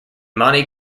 monte